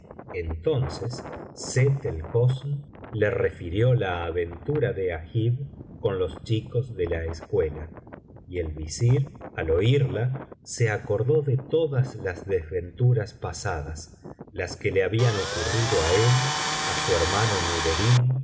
entonces sett el hosn le refirió la aventura de agib con los chicos de la escuela y el visir al oírla se acordó de todas las desventuras pasadas las que le habían ocurrido á él á su hermano nureddin